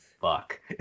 fuck